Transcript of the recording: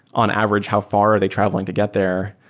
on average, how far are they traveling to get there?